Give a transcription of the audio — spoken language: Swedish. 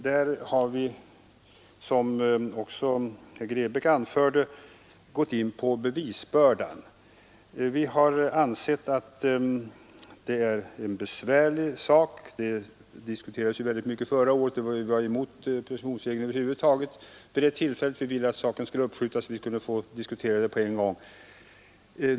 Där har vi, som också herr Grebäck anförde, berört bevisbördan. Vi har ansett att detta är en besvärlig sak, och den diskuterades mycket ingående förra året. Vi var över huvud taget emot presumtionsregeln och ville att frågan skulle uppskjutas så att vi kunde få en diskussion på en gång.